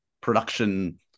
production